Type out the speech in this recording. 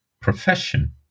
profession